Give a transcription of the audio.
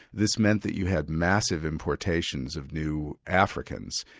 this meant that you had massive importations of new africans,